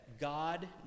god